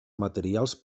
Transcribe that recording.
materials